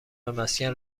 مسکن